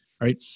right